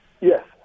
Yes